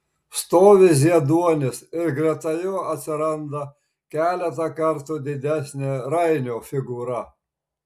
stovi zieduonis ir greta jo atsiranda keletą kartų didesnė rainio figūra